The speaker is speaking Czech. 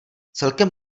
celkem